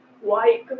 white